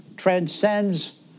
Transcends